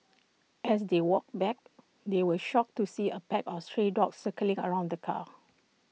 as they walked back they were shocked to see A pack of stray dogs circling around the car